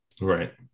Right